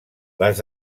les